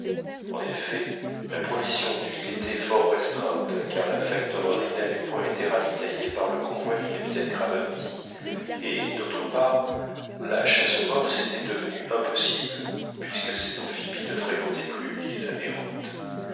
en effet la provision d'huile était fort restreinte car la factorerie n'avait point été ravitaillée par le convoi du capitaine craventy et d'autre part la chasse aux morses était devenue impossible puisque ces amphibies ne fréquentaient plus l'île errante